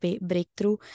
breakthrough